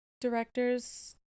directors